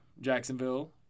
Jacksonville